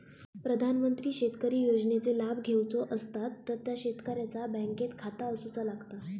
प्रधानमंत्री शेतकरी योजनेचे लाभ घेवचो असतात तर त्या शेतकऱ्याचा बँकेत खाता असूचा लागता